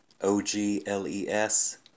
O-G-L-E-S